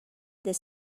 they